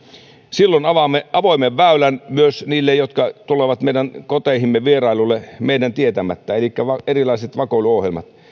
silloin avaamme avoimen väylän myös niille jotka tulevat meidän koteihimme vierailulle meidän tietämättämme elikkä erilaisille vakoiluohjelmille